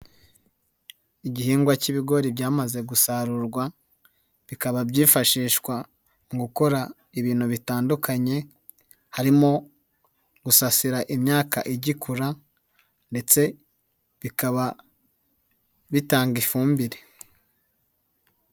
Igihingwa cy'ibigori byamaze gusarurwa, bikaba byifashishwa mu gukora ibintu bitandukanye, harimo gusasira imyaka igikura ndetse bikaba bitanga ifumbire.